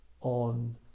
on